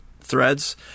threads